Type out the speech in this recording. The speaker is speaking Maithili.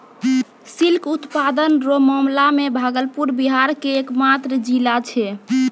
सिल्क उत्पादन रो मामला मे भागलपुर बिहार के एकमात्र जिला छै